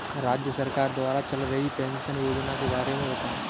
राज्य सरकार द्वारा चल रही पेंशन योजना के बारे में बताएँ?